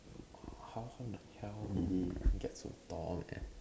how how the hell did they get so tall and